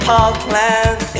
Parkland